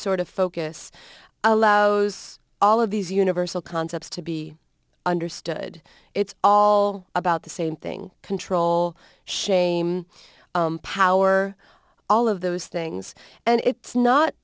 sort of focus allows all of these universal concepts to be understood it's all about the same thing control shame power all of those things and it's not